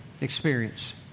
experience